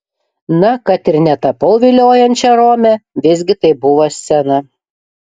na kad ir netapau viliojančia rome visgi tai buvo scena